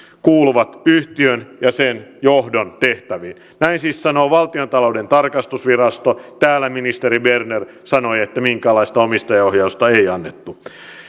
kuuluvat yhtiön ja sen johdon tehtäviin näin siis sanoo valtiontalouden tarkastusvirasto täällä ministeri berner sanoi että minkäänlaista omistajaohjausta ei ei annettu